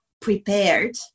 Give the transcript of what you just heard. prepared